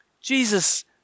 Jesus